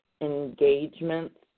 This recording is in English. engagements